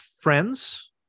friends